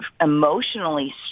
emotionally